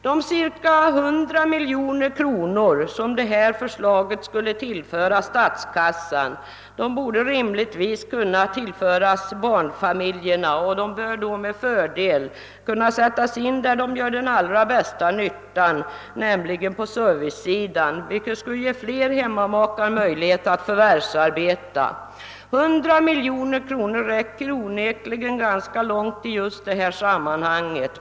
De cirka 100 miljoner kronor, som detta förslag skulle tillföra statskassan, borde rimligtvis tilldelas barnfamiljerna och då med fördel kunna sättas in där de gör den största nyttan, nämligen på servicesidan, vilket skulle ge flera hemmamakar möjlighet att förvärvsarbeta. 100 miljoner kronor räcker onekligen ganska långt i just detta sammanhang.